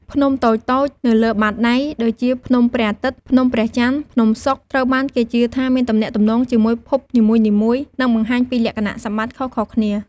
ភ្នំតូចៗនៅលើបាតដៃ ដូចជាភ្នំព្រះអាទិត្យ ភ្នំព្រះច័ន្ទ ភ្នំសុក្រ ត្រូវបានគេជឿថាមានទំនាក់ទំនងជាមួយភពនីមួយៗ និងបង្ហាញពីលក្ខណៈសម្បត្តិខុសៗគ្នា។